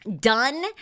done